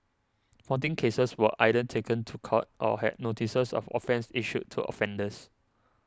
fourteen cases were either taken to court or had notices of offence issued to offenders